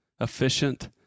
Efficient